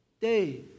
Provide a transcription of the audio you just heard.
Day